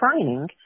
training